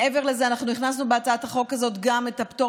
מעבר לזה אנחנו הכנסנו בהצעת החוק הזאת גם את הפטור